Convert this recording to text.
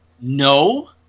No